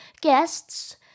guests